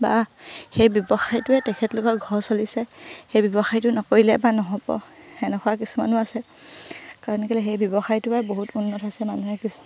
বা সেই ব্যৱসায়টোৱে তেখেতলোকৰ ঘৰ চলিছে সেই ব্যৱসায়টো নকৰিলে বা নহ'ব এনেকুৱা কিছুমানো আছে কাৰণ কেলৈ সেই ব্যৱসায়টোৰপৰাই বহুত উন্নত হৈছে মানুহে কিছুমান